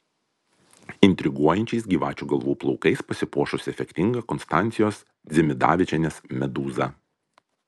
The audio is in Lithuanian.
intriguojančiais gyvačių galvų plaukais pasipuošusi efektinga konstancijos dzimidavičienės medūza